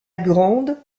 grande